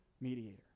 mediator